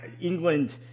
England